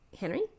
Henry